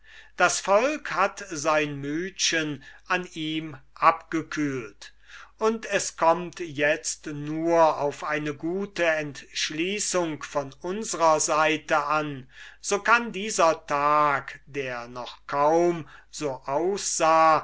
das volk hat sein mütchen an ihm abgekühlt und es kommt itzt nur noch auf eine gute entschließung von unsrer seite an so kann dieser tag der noch kaum so aussah